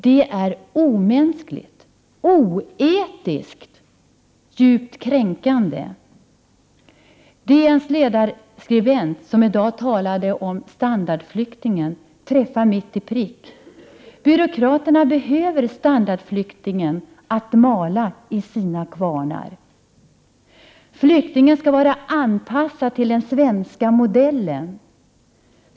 Det är omänskligt, oetiskt, djupt kränkande. DN:s ledarskribent, som i dag talar om ”standardflyktingen”, träffar mitt i prick. Byråkraterna behöver ”standardflyktingen” att mala i sina kvarnar. Flyktingen skall vara anpassad till den svenska modellen.